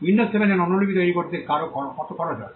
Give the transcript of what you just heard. Windows 7 এর অন্য অনুলিপি তৈরি করতে কারও কত খরচ হবে